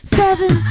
seven